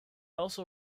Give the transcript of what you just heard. also